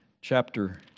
chapter